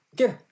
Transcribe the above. Okay